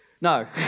No